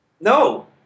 No